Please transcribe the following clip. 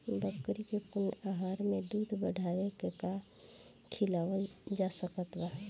बकरी के पूर्ण आहार में दूध बढ़ावेला का खिआवल जा सकत बा?